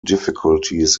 difficulties